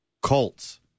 Colts